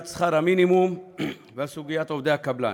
שכר המינימום ועל סוגיית עובדי הקבלן.